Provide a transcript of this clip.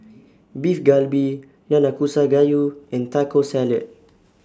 Beef Galbi Nanakusa Gayu and Taco Salad